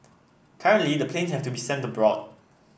currently the planes have to be sent abroad